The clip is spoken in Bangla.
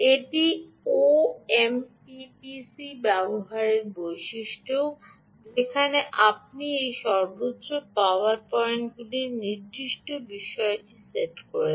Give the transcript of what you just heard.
এটি ওএমপিপিসি ব্যবহারের বৈশিষ্ট্য যেখানে আপনি এই সর্বোচ্চ পাওয়ার পয়েন্ট নিয়ন্ত্রণ বৈশিষ্ট্যটি সেট করছেন